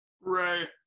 Right